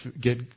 get